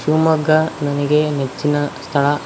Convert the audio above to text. ಶಿವಮೊಗ್ಗ ನನಗೆ ನೆಚ್ಚಿನ ಸ್ಥಳ